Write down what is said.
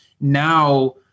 now